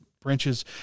branches